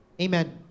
Amen